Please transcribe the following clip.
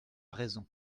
raison